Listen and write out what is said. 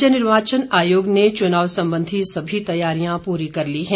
राज्य निर्वाचन आयोग ने चुनाव संबंधी सभी तैयारियां पूरी कर ली हैं